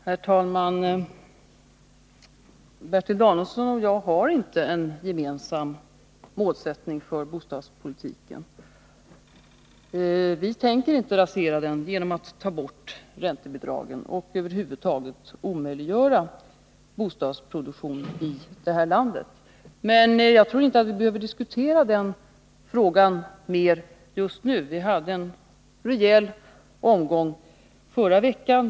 Herr talman! Bertil Danielsson och jag har inte en gemensam målsättning för bostadspolitiken. På mitt håll tänker vi inte rasera den genom att ta bort räntebidragen och över huvud taget omöjliggöra bostadsproduktion i detta land. Men jag tror inte att vi behöver diskutera den frågan mer just nu. Vi hade en rejäl omgång förra veckan.